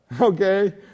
Okay